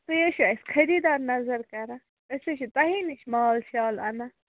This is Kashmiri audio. تُہۍ حظ چھِو اَسہِ خریٖدار نظر کَران أسۍ حظ چھِ تۅہے نِش مال شال اَنَان